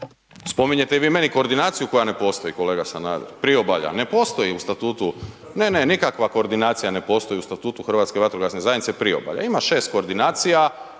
Spominjete i vi meni koordinaciju koja ne postoji kolega Sanader, priobalja, ne postoji u statutu, ne, ne nikakva koordinacija ne postoji u statutu Hrvatske vatrogasne zajednice priobalja, ima 6 koordinacija,